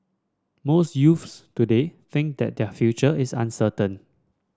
most youths today think that their future is uncertain